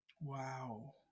Wow